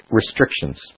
restrictions